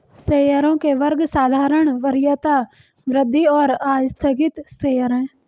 शेयरों के वर्ग साधारण, वरीयता, वृद्धि और आस्थगित शेयर हैं